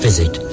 Visit